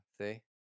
See